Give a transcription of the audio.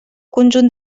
conjunt